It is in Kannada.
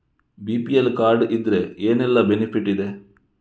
ಬಿ.ಪಿ.ಎಲ್ ಕಾರ್ಡ್ ಇದ್ರೆ ಏನೆಲ್ಲ ಬೆನಿಫಿಟ್ ಇದೆ?